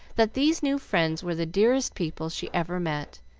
that these new friends were the dearest people she ever met,